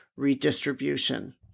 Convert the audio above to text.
redistribution